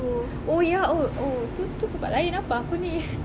oh ya oh oh tu tu tempat lain apa aku ni